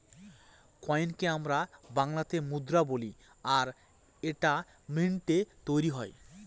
কয়েনকে আমরা বাংলাতে মুদ্রা বলি আর এটা মিন্টৈ তৈরী হয়